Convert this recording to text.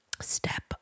Step